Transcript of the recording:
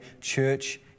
church